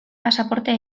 pasaporte